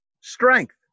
strength